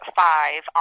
five